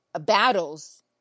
battles